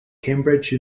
cambridge